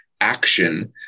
action